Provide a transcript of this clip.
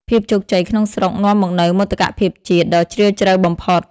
ភាពជោគជ័យក្នុងស្រុក នាំមកនូវ "មោទកភាពជាតិ" ដ៏ជ្រាលជ្រៅបំផុត។